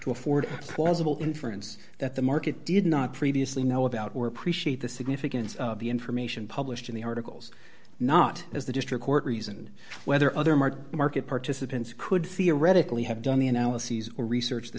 to afford plausible inference that the market did not previously know about or appreciate the significance of the information published in the articles not as the district court reasoned whether other market market participants could theoretically have done the analyses or research the